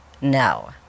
no